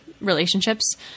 relationships